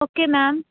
okay ma'am